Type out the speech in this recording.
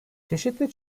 çeşitli